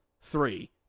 three